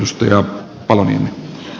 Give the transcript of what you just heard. ostaja valmiina